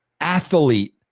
athlete